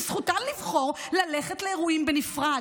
וזכותן לבחור ללכת לאירועים בנפרד.